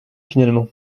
finalement